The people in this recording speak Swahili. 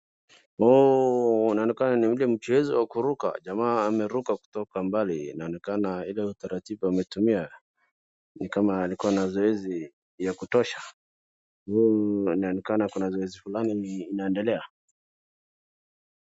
Inaonekana ni ule mchezo wa kuruka, jamaa ameruka kutoka mbali, inaonekana ile utaratibu ametumia ni kama alikuwa na zoezi ya kutosha na inaonekana ni kama kuna zoezi fulani inaendelea.